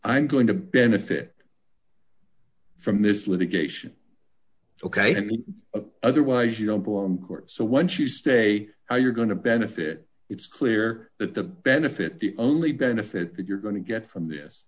i'm going to benefit from this litigation ok otherwise you don't go on court so once you stay how you're going to benefit it's clear that the benefit the only benefit that you're going to get from this